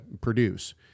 produce